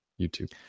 YouTube